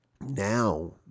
Now